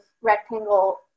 rectangle